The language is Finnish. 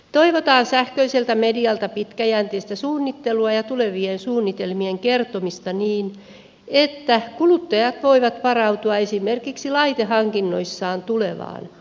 toivotaan sähköiseltä medialta pitkäjänteistä suunnittelua ja tulevien suunnitelmien kertomista niin että kuluttajat voivat varautua esimerkiksi laitehankinnoissaan tulevaan